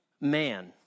man